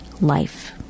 life